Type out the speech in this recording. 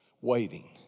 waiting